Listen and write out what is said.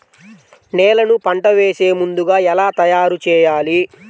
నేలను పంట వేసే ముందుగా ఎలా తయారుచేయాలి?